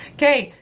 okay,